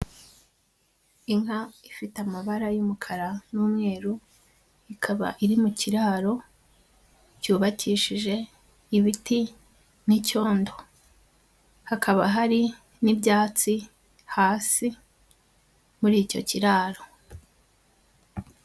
Inka ifite amabara y'umukara n'umweru, ikaba iri mu kiraro cyubakishije ibiti n'icyondo, hakaba hari n'ibyatsi hasi muri icyo kiraro.